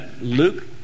Luke